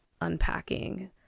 unpacking